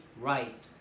right